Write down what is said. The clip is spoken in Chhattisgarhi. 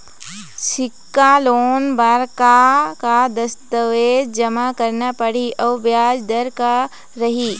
सिक्छा लोन बार का का दस्तावेज जमा करना पढ़ही अउ ब्याज दर का रही?